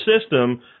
system